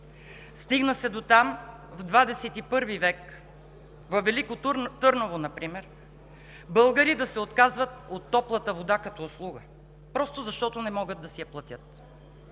Стигна се дотам в 21. век във Велико Търново например българи да се отказват от топлата вода като услуга просто защото не могат да си я платят.